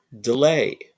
delay